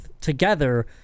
together